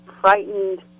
frightened